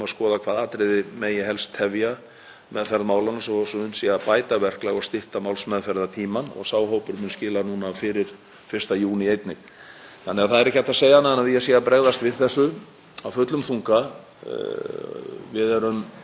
Þannig að það er ekki hægt að segja annað en að ég sé að bregðast við þessu af fullum þunga. Við erum að skoða annað sem hangir alveg sérstaklega saman við þetta og það er hvernig þessum málum er best fyrir komið. Hvernig getum við nýtt sem best þá